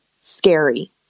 scary